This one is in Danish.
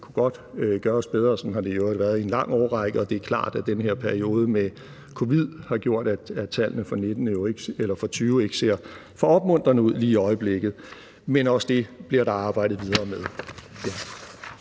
godt kunne gøres bedre. Sådan har det i øvrigt været i en lang årrække. Og det er klart, at den her periode med covid-19 har gjort, at tallet for 2020 i øjeblikket ikke ser så opmuntrende ud. Men også det bliver der arbejdet videre med.